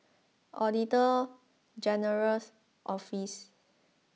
Auditor General's Office